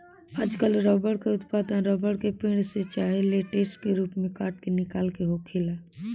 आजकल रबर के उत्पादन रबर के पेड़, से चाहे लेटेक्स के रूप में काट के निकाल के होखेला